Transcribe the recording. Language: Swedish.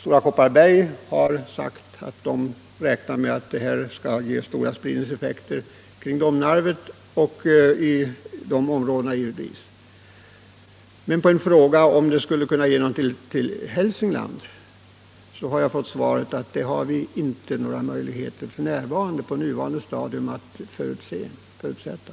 Stora Kopparberg har sagt att man räknar med stora spridningseffekter i områdena kring Domnarvet och i övrigt i det länet, men på en fråga om utbyggnaden skulle kunna ge något till Hälsingland har jag fått svaret att det på nuvarande stadium inte finns möjligheter att förutsätta något sådant.